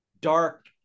dark